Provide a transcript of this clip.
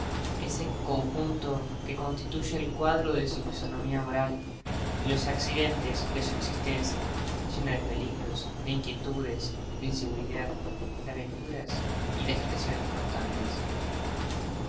ese conjunto que constituye el cuadro de su fisonomía moral y los accidentes de su existencia llena de peligros de inquietudes de inseguridad de aventuras y de agitaciones constantes